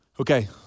Okay